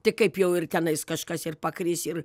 tai kaip jau ir tenais kažkas ir pakris ir